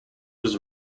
was